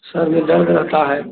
सिर में दर्द रहता है